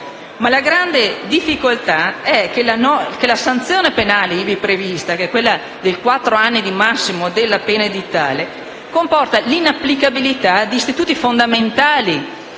Ma la grande difficoltà è che la sanzione penale ivi prevista, ossia un massimo di quattro anni della pena edittale, comporta l'inapplicabilità di istituti fondamentali